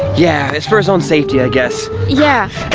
yeah, it's for his own safety, i guess. yeah,